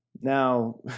now